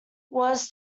was